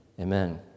Amen